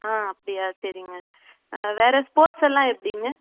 ஆ அப்படியா சரிங்க வேறு ஸ்போர்ட்ஸெல்லாம் எப்படிங்க